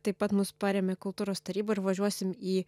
taip pat mus parėmė kultūros taryba ir važiuosim į